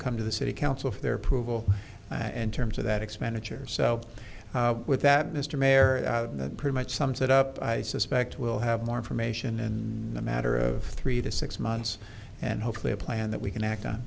come to the city council for their approval and terms of that expenditure so with that mr mayor that pretty much sums it up i suspect we'll have more information in the matter of three to six months and hopefully a plan that we can act on